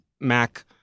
Mac